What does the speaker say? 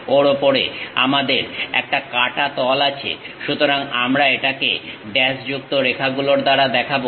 ওর ওপরে আমাদের একটা কাঁটা তল আছে সুতরাং আমরা এটাকে ড্যাশযুক্ত রেখাগুলোর দ্বারা দেখাবো